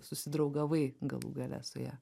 susidraugavai galų gale su ja